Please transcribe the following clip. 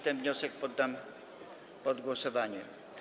Ten wniosek poddam pod głosowanie.